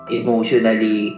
emotionally